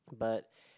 but